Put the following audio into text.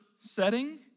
setting